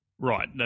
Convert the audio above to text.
Right